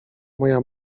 moja